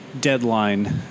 deadline